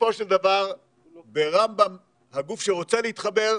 בסופו של דבר ברמב"ם, הגוף שרוצה להתחבר,